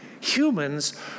Humans